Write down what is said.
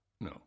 no